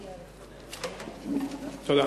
תודה.